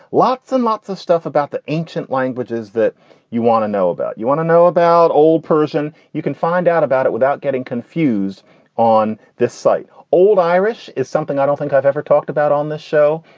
lots and lots of stuff about the ancient languages that you want to know about. you want to know about old persian. you can find out about it without getting confused on this site. old irish is something i don't think i've ever talked about on the show.